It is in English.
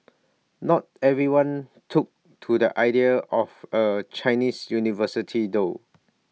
not everyone took to the idea of A Chinese university though